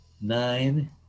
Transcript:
nine